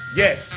yes